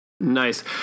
Nice